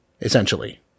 essentially